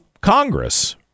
Congress